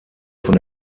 von